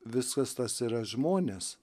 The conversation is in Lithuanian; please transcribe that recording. visas tas yra žmonės